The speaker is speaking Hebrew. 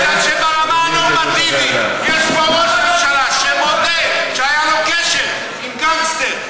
בגלל שברמה הנורמטיבית יש פה ראש ממשלה שמודה שהיה לו קשר עם גנגסטר,